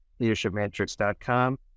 leadershipmatrix.com